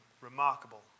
remarkable